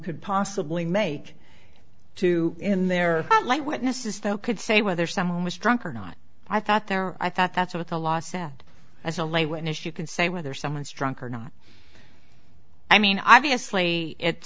could possibly make two in there like witnesses though could say whether someone was drunk or not i thought there i thought that's what the law sat as a lay witness you can say whether someone's drunk or not i mean obviously it's